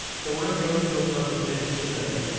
so we're gonna go through a presentation today,